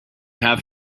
have